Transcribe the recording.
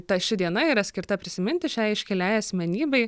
ta ši diena yra skirta prisiminti šiai iškiliai asmenybei